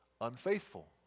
unfaithful